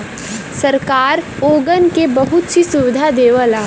सरकार ओगन के बहुत सी सुविधा देवला